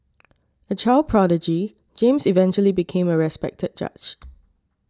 a child prodigy James eventually became a respected judge